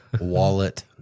wallet